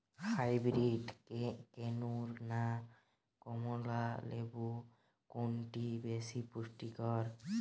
Hybrid কেনু না কমলা লেবু কোনটি বেশি পুষ্টিকর?